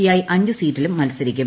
I അഞ്ചു സീറ്റിലും മത്സരിക്കും